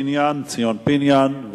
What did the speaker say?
ציון פיניאן.